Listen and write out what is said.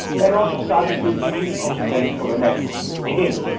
and also subject to engineering constraints for the network. again,